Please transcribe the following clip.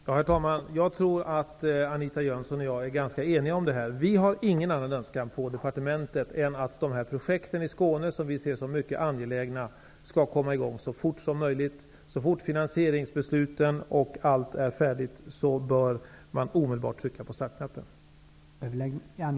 Herr talman! Jag tror att Anita Jönsson och jag är eniga om detta. Vi har ingen annan önskan på departementet än att de här projekten i Skåne, som vi ser som mycket angelägna, skall komma i gång så fort som möjligt. Så fort finansieringsbesluten och allt övrigt är färdigt bör man omedelbart trycka på startknappen.